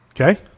Okay